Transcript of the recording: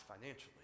financially